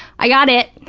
i got it,